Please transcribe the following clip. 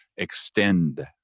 extend